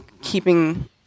keeping